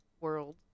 world